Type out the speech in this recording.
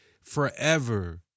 forever